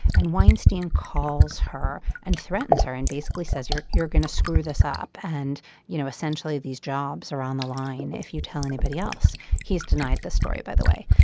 and weinstein calls her and threatens her and basically says you're you're going to screw this up and you know essentially these jobs are on the line. if you tell anybody else he's denied the story by the way.